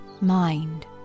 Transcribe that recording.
mind